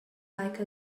like